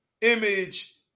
image